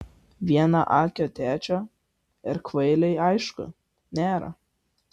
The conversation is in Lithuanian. vienaakio tėčio ir kvailiui aišku nėra